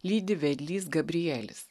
lydi vedlys gabrielis